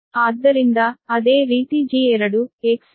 ಆದ್ದರಿಂದ ಅದೇ ರೀತಿ G2 Xg2 ಹೊಸದು 0